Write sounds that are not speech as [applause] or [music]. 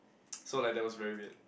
[noise] so like that was very weird